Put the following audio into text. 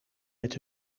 met